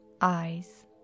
Eyes